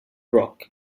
rock